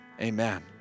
amen